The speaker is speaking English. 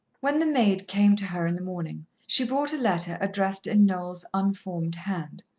when the maid came to her in the morning, she brought a letter addressed in noel's unformed hand.